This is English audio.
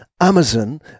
amazon